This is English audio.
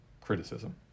criticism